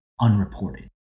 unreported